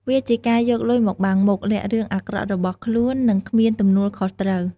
វាជាការយកលុយមកបាំងមុខ លាក់រឿងអាក្រក់របស់ខ្លួន និងគ្មានទំនួលខុសត្រូវ។